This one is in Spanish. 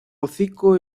hocico